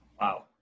wow